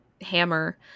hammer